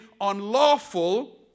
unlawful